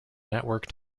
network